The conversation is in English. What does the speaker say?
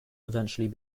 eventually